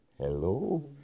Hello